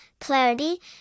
clarity